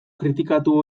kritikatu